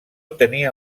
tenia